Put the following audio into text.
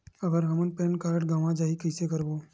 अगर हमर PAN card गवां जाही कइसे करबो?